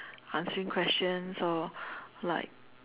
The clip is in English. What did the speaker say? unseen questions or like